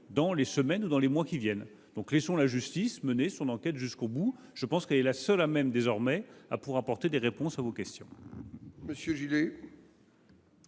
dans les semaines ou dans les mois qui viennent. Laissons la justice mener son enquête jusqu’au bout : elle est la seule à même, désormais, à pouvoir apporter des réponses à vos questions.